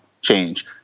change